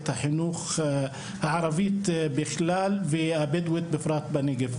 החינוך הערבית בכלל והבדואית בפרט בנגב.